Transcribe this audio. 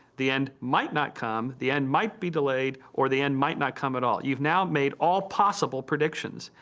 the end might not come, the end might be delayed, or the end might not come at all. you've now made all possible predictions,